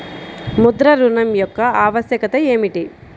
ముద్ర ఋణం యొక్క ఆవశ్యకత ఏమిటీ?